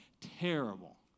Terrible